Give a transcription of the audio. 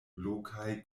lokaj